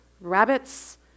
Rabbits